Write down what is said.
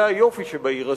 זה היופי שבעיר הזאת.